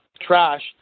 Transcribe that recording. trash